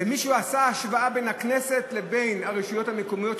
מישהו עשה השוואה בין הבחירות לכנסת לבין הבחירות לרשויות המקומיות,